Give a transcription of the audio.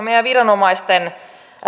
meidän viranomaisten